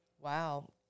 Wow